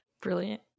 Brilliant